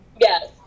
Yes